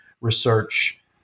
research